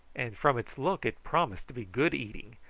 and from its look it promised to be good eating,